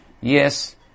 Yes